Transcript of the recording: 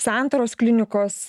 santaros klinikos